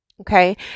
Okay